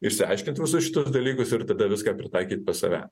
išsiaiškint visus šituos dalykus ir tada viską pritaikyt pas save